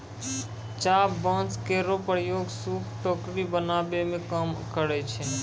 चाभ बांस केरो प्रयोग सूप, टोकरी बनावै मे काम करै छै